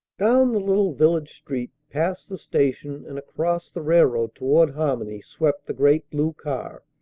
down the little village street, past the station, and across the railroad toward harmony swept the great blue car,